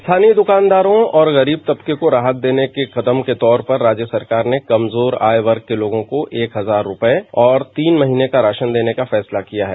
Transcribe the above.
स्थानीय दुकानदारों और गरीब तबके को राहत देने के कदम के तौर पर राज्य सरकार ने कमजोर आयवर्ग के लोगों को एक हजार रुपए और तीन महीने का राशन देने का फैसला किया है